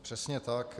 Přesně tak.